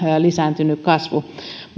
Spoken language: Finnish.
lisääntynyt kasvu